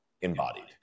embodied